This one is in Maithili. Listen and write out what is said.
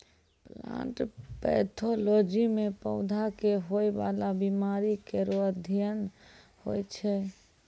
प्लांट पैथोलॉजी म पौधा क होय वाला बीमारी केरो अध्ययन होय छै